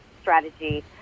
strategy